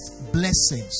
blessings